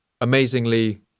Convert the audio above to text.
Amazingly